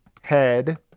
head